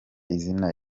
izina